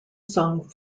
song